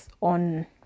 on